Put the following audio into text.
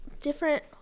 different